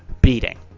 beating